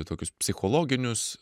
tokius psichologinius